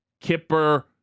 Kipper